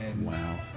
Wow